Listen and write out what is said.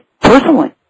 personally